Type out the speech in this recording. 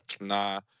nah